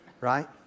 Right